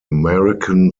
american